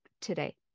today